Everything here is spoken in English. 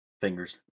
fingers